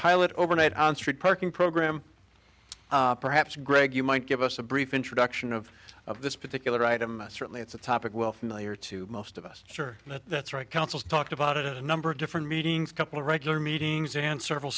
pilot overnight on street parking program perhaps greg you might give us a brief introduction of of this particular item certainly it's a topic well familiar to most of us sure that councils talked about it a number of different meetings couple of regular meetings and several